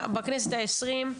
בכנסת העשרים,